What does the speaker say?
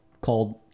called